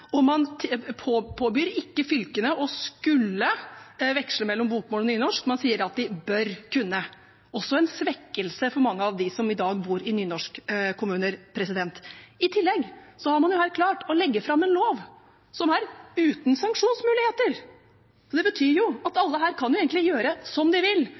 påbyr ikke fylkene å skulle veksle mellom bokmål og nynorsk – man sier at de bør kunne. Det er også en svekkelse for mange av dem som i dag bor i nynorskkommuner. I tillegg har man her klart å legge fram en lov som er uten sanksjonsmuligheter. Det betyr jo at her kan alle egentlig gjøre som de vil,